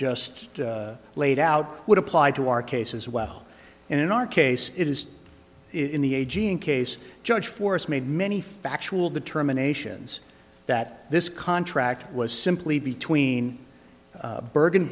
just laid out would apply to our case as well and in our case it is in the a g m case judge forrest made many factual determination that this contract was simply between bergen